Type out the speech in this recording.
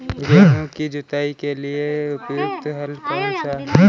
गेहूँ की जुताई के लिए प्रयुक्त हल कौनसा है?